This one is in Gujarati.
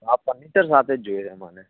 હા ફર્નિચર સાથે જ જોઈએ છે મને